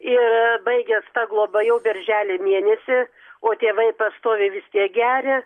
ir baigias ta globa jau birželio mėnesį o tėvai pastoviai vis tiek geria